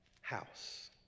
house